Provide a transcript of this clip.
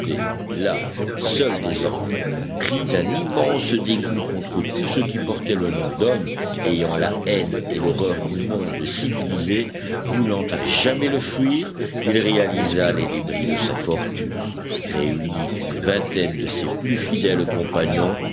là seul désormais pris d'un immense dégoût contre tout ce qui portait le nom d'homme ayant la haine et l'horreur du monde civilisé voulant à jamais le fuir il réalisa les débris de sa fortune réunit une vingtaine de ses plus fidèles compagnons